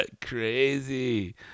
Crazy